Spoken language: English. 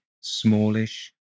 smallish